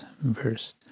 verse